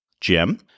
Jim